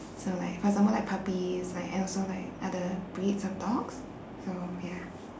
so like for example like puppies like and also like other breeds of dogs so ya